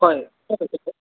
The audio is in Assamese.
হয় ক'ত আছে